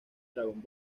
dragon